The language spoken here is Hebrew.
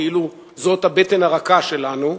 כאילו זו הבטן הרכה שלנו,